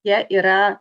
jie yra